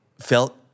felt